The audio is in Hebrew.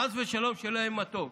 חס ושלום, שלא יהיה להם מתוק.